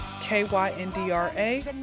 K-Y-N-D-R-A